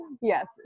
Yes